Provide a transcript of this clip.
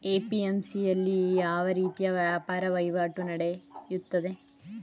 APMC ಯಲ್ಲಿ ಯಾವ ರೀತಿ ವ್ಯಾಪಾರ ವಹಿವಾಟು ನೆಡೆಯುತ್ತದೆ?